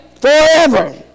forever